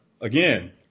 again